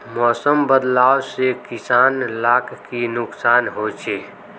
मौसम बदलाव से किसान लाक की नुकसान होचे?